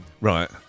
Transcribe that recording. Right